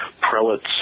prelates